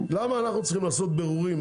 למה אנחנו צריכים לעשות בירורים?